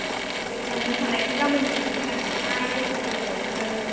जायखिया मोसानायखौ गामोननिफ्राय सिखायनांसिगोनहाय बैसागु सल'खौनो